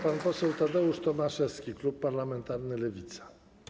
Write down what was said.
Pan poseł Tadeusz Tomaszewski, klub parlamentarny Lewica.